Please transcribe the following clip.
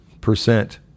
percent